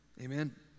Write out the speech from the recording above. Amen